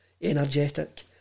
energetic